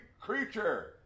creature